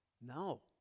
No